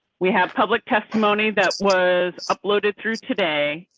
we have public testimony that was uploaded through today.